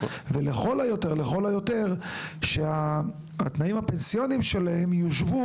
ולכל היותר שהתנאים הפנסיוניים שלהם יושוו